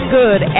good